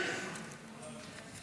ההצעה להעביר את